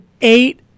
eight